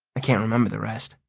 ah can't remember the rest.